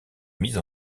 mise